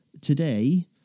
today